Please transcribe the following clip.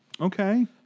Okay